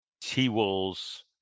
T-Wolves